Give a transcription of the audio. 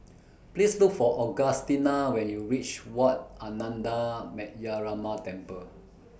Please Look For Augustina when YOU REACH Wat Ananda Metyarama Temple